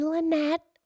Lynette